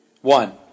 one